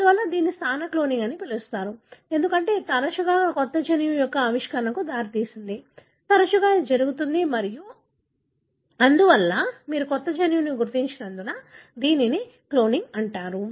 అందువల్ల దీనిని స్థాన క్లోనింగ్ అని పిలుస్తారు ఎందుకంటే ఇది తరచుగా కొత్త జన్యువు యొక్క ఆవిష్కరణకు దారితీసింది తరచుగా ఇది జరుగుతుంది మరియు అందువల్ల మీరు కొత్త జన్యువును గుర్తించినందున దీనిని క్లోనింగ్ అంటారు